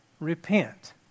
Repent